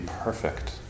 perfect